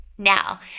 Now